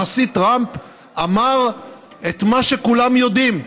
הנשיא טראמפ אמר את מה שכולם יודעים.